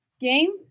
game